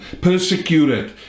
persecuted